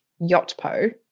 Yotpo